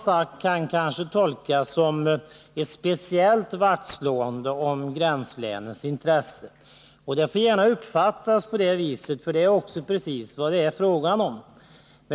Det som jag har sagt kan tolkas som ett speciellt vaktslående om gränslänens intressen, och det är också precis vad det är fråga om.